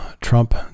Trump